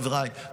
חבריי,